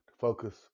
focus